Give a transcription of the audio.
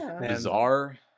bizarre